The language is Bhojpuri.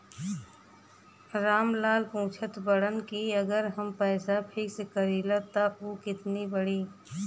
राम लाल पूछत बड़न की अगर हम पैसा फिक्स करीला त ऊ कितना बड़ी?